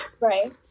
right